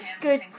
good